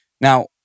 Now